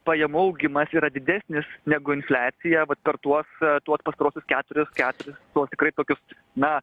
pajamų augimas yra didesnis negu infliacija vat per tuos tuos pastaruosius keturis keturis nu vat tikrai tokius na